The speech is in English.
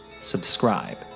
Subscribe